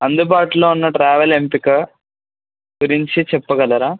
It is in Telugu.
అందుబాటులో ఉన్న ట్రావెల్ ఎంపిక గురించి చెప్పగలరా